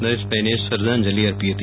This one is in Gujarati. નરેશભાઇને શ્રધ્ધાજલિ અર્પી હતી